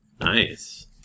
Nice